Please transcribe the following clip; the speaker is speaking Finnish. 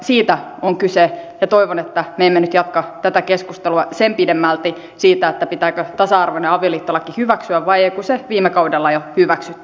siitä on kyse ja toivon että me emme nyt jatka tätä keskustelua sen pidemmälti siitä pitääkö tasa arvoinen avioliittolaki hyväksyä vai ei kun se viime kaudella jo hyväksyttiin